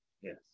Yes